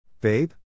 Babe